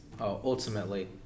ultimately